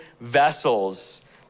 vessels